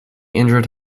injured